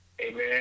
Amen